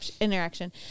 interaction